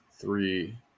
three